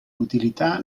utilità